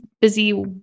busy